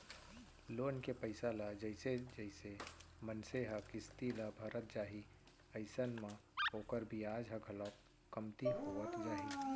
loan के पइसा ल जइसे जइसे मनसे ह किस्ती ल भरत जाही अइसन म ओखर बियाज ह घलोक कमती होवत जाही